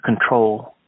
control